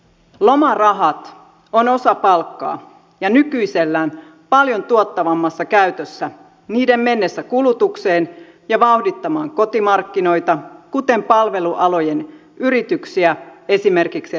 lomarahat ovat osa palkkaa ja nykyisellään paljon tuottavammassa käytössä mennessään kulutukseen ja vauhdittamaan kotimarkkinoita kuten palvelualojen yrityksiä esimerkiksi ravintoloita